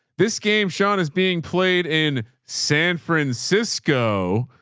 this game, sean is being played in san francisco.